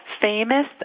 famous